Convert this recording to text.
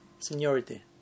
seniority